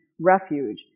refuge